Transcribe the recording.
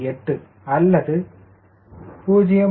8 அல்லது 0